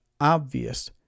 obvious